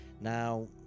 Now